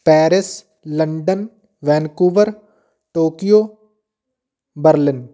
Paris London Vancouver Tokyo Berlin